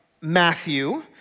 Matthew